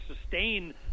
sustain